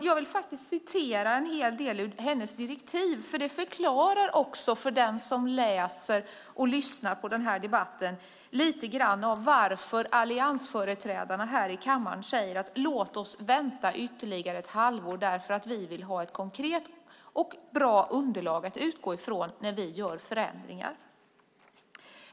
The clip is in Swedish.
Jag vill faktiskt återge en hel del ur hennes direktiv, för det förklarar också lite grann för den som läser och lyssnar på den här debatten varför alliansföreträdarna här i kammaren säger: Låt oss vänta ytterligare ett halvår, därför att vi vill ha ett konkret och bra underlag att utgå ifrån när vi gör förändringar.